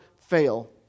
fail